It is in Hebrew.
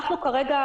כרגע,